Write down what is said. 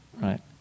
right